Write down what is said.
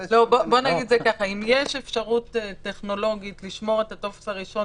אם יש אפשרות טכנולוגית לשמור את הטופס הראשון